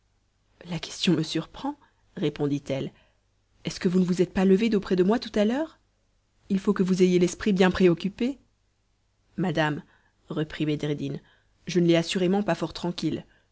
la question me surprend répondit-elle est-ce que vous ne vous êtes pas levé d'auprès de moi tout à l'heure il faut que vous ayez l'esprit bien préoccupé madame reprit bedreddin je ne l'ai assurément pas fort tranquille